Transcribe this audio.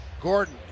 Gordon